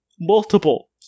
multiple